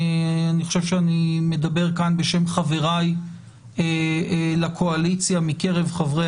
אני חושב שאני מדבר כאן בשם חבריי לקואליציה מקרב חברי